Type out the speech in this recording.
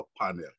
panel